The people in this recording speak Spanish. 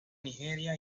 nigeria